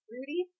Rudy